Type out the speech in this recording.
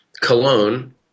Cologne